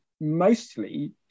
mostly